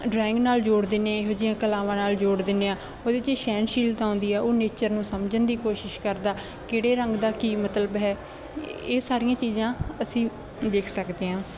drawing ਨਾਲ ਜੋੜ ਦਿੰਦੇ ਇਹੋ ਜਿਹੀਆਂ ਕਲਾਵਾਂ ਨਾਲ ਜੋੜ ਦਿੰਦੇ ਹਾਂ ਉਹਦੇ 'ਚ ਸਹਿਣਸ਼ੀਲਤਾ ਆਉਂਦੀ ਹੈ ਉਹ ਨੇਚਰ ਨੂੰ ਸਮਝਣ ਦੀ ਕੋਸ਼ਿਸ਼ ਕਰਦਾ ਕਿਹੜੇ ਰੰਗ ਦਾ ਕੀ ਮਤਲਬ ਹੈ ਇਹ ਸਾਰੀਆਂ ਚੀਜ਼ਾਂ ਅਸੀਂ ਦੇਖ ਸਕਦੇ ਹਾਂ